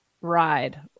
ride